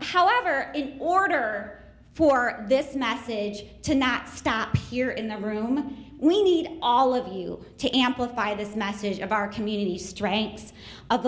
however in order for this massive change to not stop here in the room we need all of you to amplify this message of our community strengths of